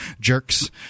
jerks